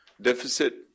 deficit